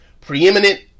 Preeminent